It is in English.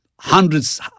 Hundreds